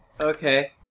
okay